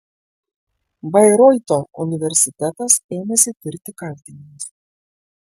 bairoito universitetas ėmėsi tirti kaltinimus